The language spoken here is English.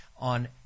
on